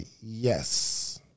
Yes